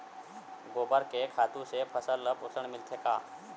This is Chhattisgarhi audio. गोबर के खातु से फसल ल पोषण मिलथे का?